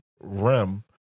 REM